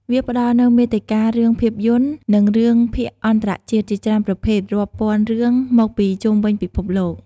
វាផ្ដល់នូវ មាតិការឿងភាពយន្ត និងរឿងភាគអន្តរជាតិ ជាច្រើនប្រភេទ រាប់ពាន់រឿងមកពីជុំវិញពិភពលោក។